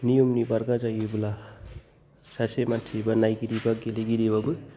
नियमनि बारगा जायोब्ला सासे मानसि बा नायगिरि बा गेलेगिरिबाबो